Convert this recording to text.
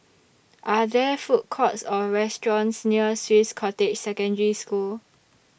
Are There Food Courts Or restaurants near Swiss Cottage Secondary School